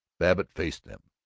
babbitt faced them